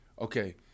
Okay